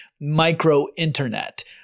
micro-internet